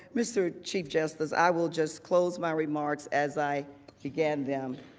mr. chief justice i will just close my remarks as i began them.